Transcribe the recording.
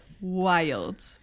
wild